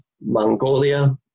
Mongolia